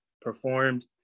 performed